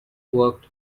worked